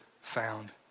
found